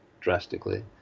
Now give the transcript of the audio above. drastically